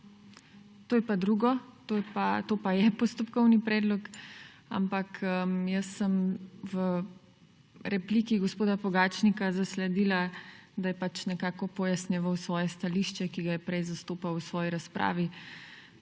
To je pa drugo. To pa je postopkovni predlog, ampak jaz sem v repliki gospoda Pogačnika zasledila, da je nekako pojasnjeval svoje stališče, ki ga je prej zastopal v svoji razpravi.